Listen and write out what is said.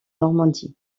normandie